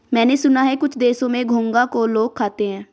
मैंने सुना है कुछ देशों में घोंघा को लोग खाते हैं